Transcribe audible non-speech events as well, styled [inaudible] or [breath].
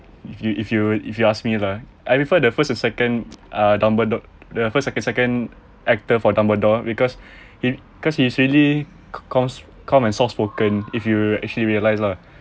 if you if you if you ask me lah I prefer the first and second uh dumbledore the first second second actor for dumbledore because [breath] it cause he's really calm calm and soft spoken if you actually realize lah